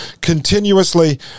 continuously